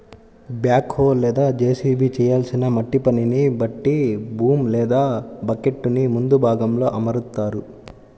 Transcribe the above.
back హో లేదా JCB చేయాల్సిన మట్టి పనిని బట్టి బూమ్ లేదా బకెట్టుని ముందు భాగంలో అమరుత్తారు